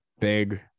big